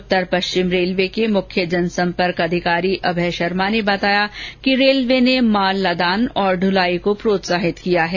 उत्तर पश्चिम रेलवे के मुख्य जनसंपर्क अधिकारी अभय शर्मा ने बताया कि रेलवे ने माल लदान और द्वलाई को प्रोत्साहित किया है